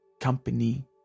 company